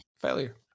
failure